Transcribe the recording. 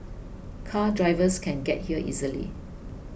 car drivers can get here easily